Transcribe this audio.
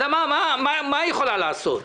מה הוועדה יכולה לעשות?